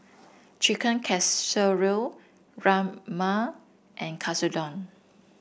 Chicken Casserole Rajma and Katsudon